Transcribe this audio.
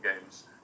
games